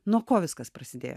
nuo ko viskas prasidėjo